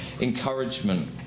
encouragement